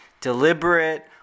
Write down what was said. deliberate